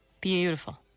Beautiful